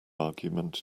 argument